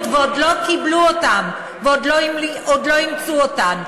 ועוד לא קיבלו אותן ועוד לא אימצו אותן.